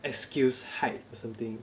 excuse height or something